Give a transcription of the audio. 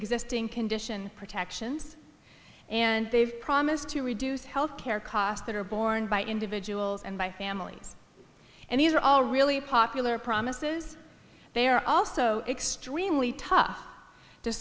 existing condition protections and they've promised to reduce health care costs that are borne by individuals and by families and these are all really popular promises they are also extremely tough t